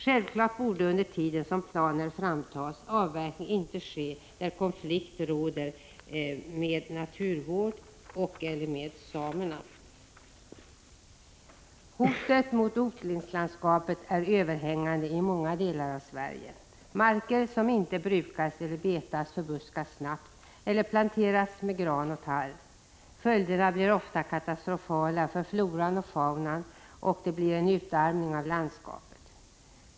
Självfallet borde under tiden som planen framtas avverkning inte ske där konflikt råder med naturvård och/eller samer. Hotet mot odlingslandskapet är överhängande i många delar av Sverige. Marker som inte brukas eller betas förbuskas snabbt eller planteras med gran och tall. Följderna blir ofta katastrofala för floran och faunan, och det blir en utarmning av landskapet.